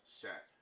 set